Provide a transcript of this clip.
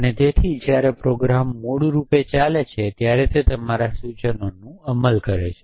અને તેથી જ્યારે પ્રોગ્રામ મૂળ રૂપે ચાલે છે ત્યારે તે તમારા સૂચનોનું અમલ કરે છે